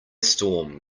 storm